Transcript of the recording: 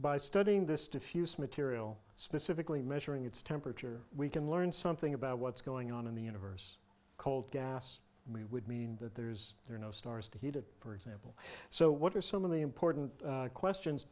by studying this diffuse material specifically measuring its temperature we can learn something about what's going on in the universe called gas we would mean that there's there are no stars to heat it for example so what are some of the important questions